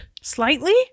Slightly